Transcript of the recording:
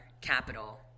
capital